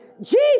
Jesus